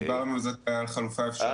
דיברנו על זה כחלופה אפשרית.